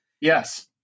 Yes